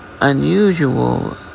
unusual